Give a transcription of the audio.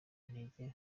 intege